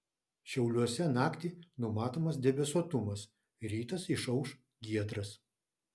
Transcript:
šiauliuose naktį numatomas debesuotumas rytas išauš giedras